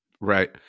Right